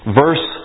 verse